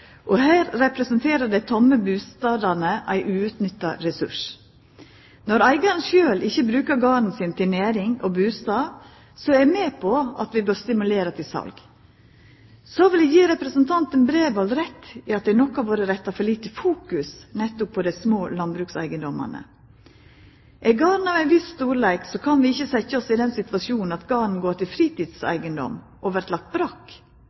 busetjing. Her representerer dei tomme bustadene ein uutnytta ressurs. Når eigaren sjølv ikkje brukar garden til næring og bustad, så er eg med på at vi bør stimulera til sal. Så vil eg gje representanten Bredvold rett i at det nok har vore retta for lite fokus nettopp mot dei små landbrukseigedommane. Er garden av ein viss storleik, kan vi ikkje setja oss i den situasjonen at garden går til fritidseigedom og vert lagd brakk,